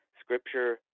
scripture